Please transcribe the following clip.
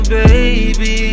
baby